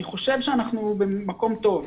אני חושב שאנחנו במקום טוב.